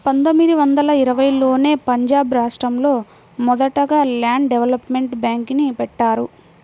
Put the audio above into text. పందొమ్మిది వందల ఇరవైలోనే పంజాబ్ రాష్టంలో మొదటగా ల్యాండ్ డెవలప్మెంట్ బ్యేంక్ని బెట్టారు